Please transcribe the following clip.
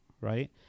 right